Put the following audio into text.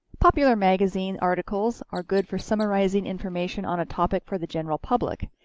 popular magazine articles are good for summarizing information on a topic for the general public.